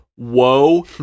whoa